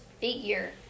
figure